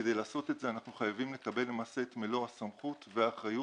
וכדי לעשות את זה אנחנו חייבים לקבל למעשה את מלוא הסמכות והאחריות